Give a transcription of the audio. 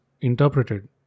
interpreted